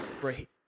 Great